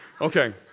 Okay